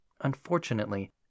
Unfortunately